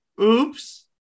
Oops